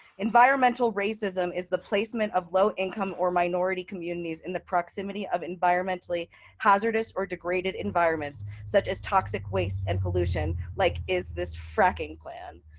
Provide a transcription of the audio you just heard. environmental racism is the placement of low-income or minority communities in the proximity of environmentally hazardous or degraded environments, such as toxic waste and pollution, like is this fracking plan.